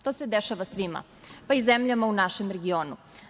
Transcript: To se dešava svima, pa i zemljama u našem regionu.